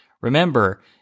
Remember